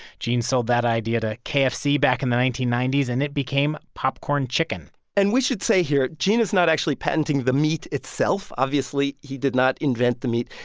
gene sold that idea to kfc back in the nineteen ninety s, and it became popcorn chicken and we should say here gene is not actually patenting the meat itself. obviously, he did not invent the meat.